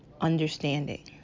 understanding